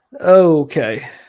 Okay